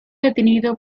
detenido